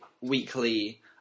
weekly